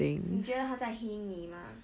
你觉得他在 hint 你吗